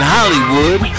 Hollywood